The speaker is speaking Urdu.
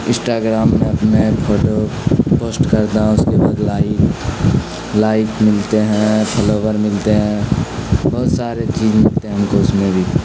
انسٹاگرام میں میں فوٹو پوسٹ کرتا ہوں اس کے بعد لائک لائک ملتے ہیں فالوور ملتے ہیں بہت سارے چیز ملتے ہیں ہم کو اس میں بھی